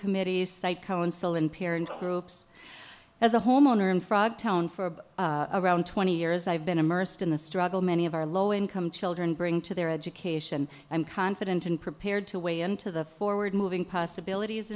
committees site cohen cell and parent groups as a homeowner in frogtown for around twenty years i've been immersed in the struggle many of our low income children bring to their education i'm confident and prepared to weigh into the forward moving possibilities